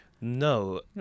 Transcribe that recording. No